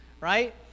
right